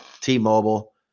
T-Mobile